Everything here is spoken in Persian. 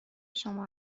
شما